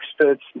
experts